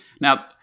Now